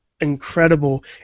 incredible